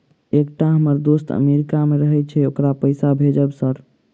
एकटा हम्मर दोस्त अमेरिका मे रहैय छै ओकरा पैसा भेजब सर?